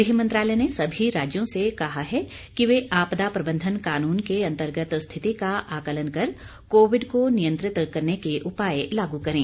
गृह मंत्रालय ने सभी राज्यों से कहा है कि वे आपदा प्रबंधन कानून के अंतर्गत स्थिति का आकलन कर कोविड को नियंत्रित करने के उपाय लागू करें